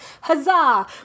Huzzah